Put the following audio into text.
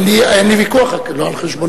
אין לי ויכוח, רק לא על חשבונו.